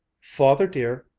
father dear,